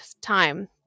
time